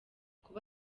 kuba